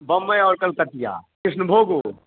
बम्मइ आओर कलकतिया कृष्णभोगो